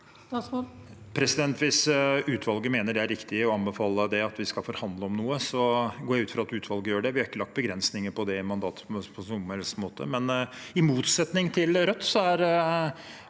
Hvis utvalget mener det er riktig og anbefaler at vi skal forhandle om noe, går jeg ut fra at utvalget gjør det. Vi har ikke lagt begrensninger på det i mandatet på noen som helst måte. I motsetning til Rødt er mitt